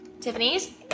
Tiffany's